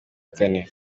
kane